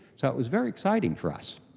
so it was very exciting for us.